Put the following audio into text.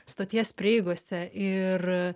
stoties prieigose ir